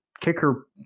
kicker